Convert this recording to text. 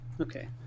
Okay